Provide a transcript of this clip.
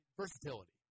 Versatility